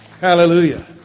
Hallelujah